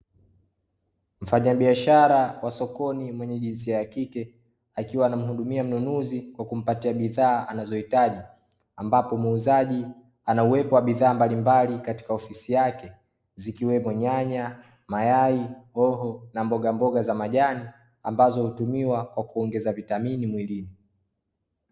Mfanyabiashara wa sokoni mwenye jinsia ya kike akiwa anamhudumia mnunuzi kwa kumpatia bidhaa anazohitaji ambapo muuzaji ana uwepo wa bidhaa mbalimbali katika ofisi yake zikiwemo nyanya, mayai, hoho na mboga mboga za majani ambazo hutumiwa kwa kuongeza vitamini mwilini.